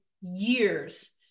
years